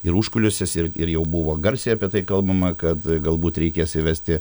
ir užkulisiuos ir ir jau buvo garsiai apie tai kalbama kad galbūt reikės įvesti